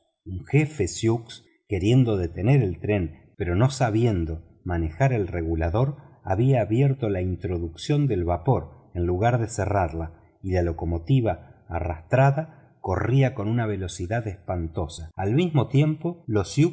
jefe sioux queriendo detener el tren había abierto la introducción del vapor en lugar de cerrarla y la locomotora arrastrada corría con una velocidad espantosa al mismo tiempo los